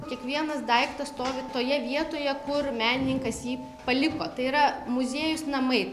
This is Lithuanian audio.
kiekvienas daiktas stovi toje vietoje kur menininkas jį paliko tai yra muziejus namai